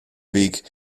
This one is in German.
weg